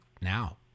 now